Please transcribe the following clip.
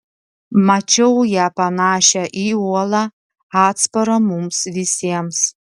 mačiau ją panašią į uolą atsparą mums visiems